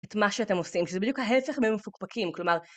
את מה שאתם עושים, שזה בדיוק ההפך בין מפוקפקים, כלומר...